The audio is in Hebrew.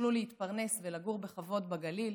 שיוכלו להתפרנס ולגור בחוות בגליל.